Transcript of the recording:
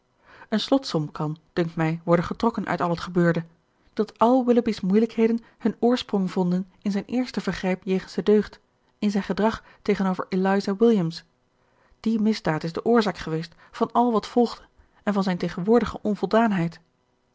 eene slotsom kan dunkt mij worden getrokken uit al het gebeurde dat al willoughby's moeilijkheden hun oorsprong vonden in zijn eerste vergrijp jegens de deugd in zijn gedrag tegenover eliza williams die misdaad is de oorzaak geweest van al wat volgde en van zijne tegenwoordige